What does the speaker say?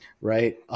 right